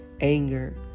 anger